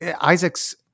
Isaac's